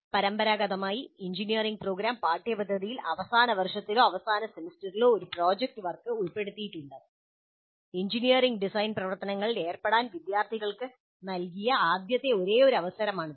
പരമ്പരാഗതമായി engineering programme പാഠ്യപദ്ധതിയിൽ അവസാന വർഷത്തിലോ അവസാന സെമസ്റ്ററിലോ ഒരു പ്രധാന പ്രോജക്റ്റ് വർക്ക് ഉൾപ്പെടുത്തിയിട്ടുണ്ട് എഞ്ചിനീയറിംഗ് ഡിസൈൻ പ്രവർത്തനങ്ങളിൽ ഏർപ്പെടാൻ വിദ്യാർത്ഥികൾക്ക് നൽകിയ ആദ്യത്തെ ഒരേയൊരു അവസരമാണിത്